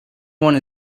one